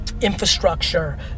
infrastructure